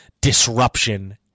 disruption